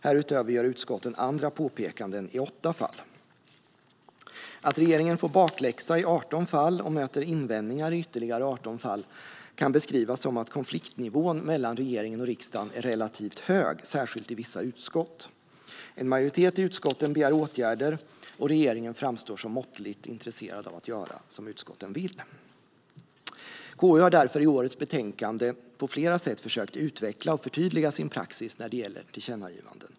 Härutöver gör utskotten andra påpekanden i åtta fall. Att regeringen får bakläxa i 18 fall och möter invändningar i ytterligare 18 fall kan beskrivas som att konfliktnivån mellan regeringen och riksdagen är relativt hög, särskilt i vissa utskott. En majoritet i utskotten begär åtgärder, och regeringen framstår som måttligt intresserad av att göra som utskotten vill. KU har därför i årets betänkande på flera sätt försökt att utveckla och förtydliga sin praxis när det gäller tillkännagivanden.